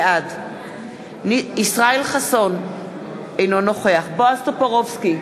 בעד ישראל חסון, אינו נוכח בועז טופורובסקי,